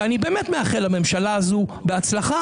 ואני באמת מאחל לממשלה הזו בהצלחה,